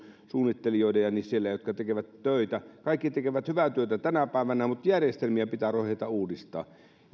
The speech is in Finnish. suunnittelijoiden ja niiden jotka siellä tekevät töitä kaikki tekevät hyvää työtä tänä päivänä mutta järjestelmiä pitää rohjeta uudistaa